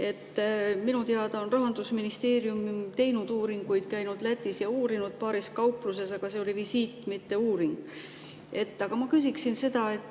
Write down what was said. Minu teada on Rahandusministeerium teinud uuringuid, käinud Lätis ja uurinud paaris kaupluses, aga see oli visiit, mitte uuring. Aga ma küsin seda,